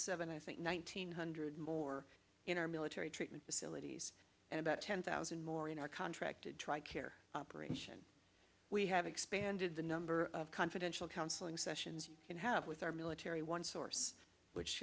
seven i think one thousand nine hundred more in our military treatment facilities and about ten thousand more in our contracted tri care operation we have expanded the number of confidential counseling sessions you can have with our military one source which